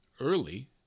early